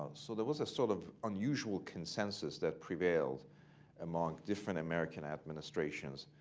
so there was a sort of unusual consensus that prevailed among different american administrations.